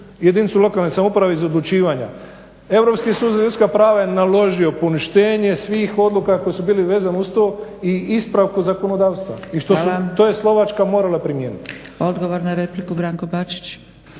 jedinicu lokalne samouprave iz odlučivanja. Europski sud za ljudska prava je naložio poništenje svih odluka koje su bile vezane uz to i ispravku zakonodavstva. I to je Slovačka morala primijeniti.